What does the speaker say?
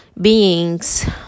beings